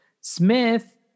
Smith